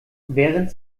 während